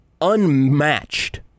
unmatched